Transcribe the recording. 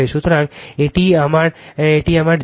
সুতরাং এটি আমার এটি আমার Z